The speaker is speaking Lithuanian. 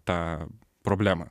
tą problemą